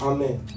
Amen